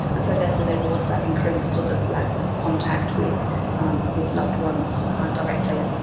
and so therefore there was that increased sort of lack of contact with um with loved ones directly.